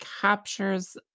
captures